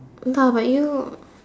but but you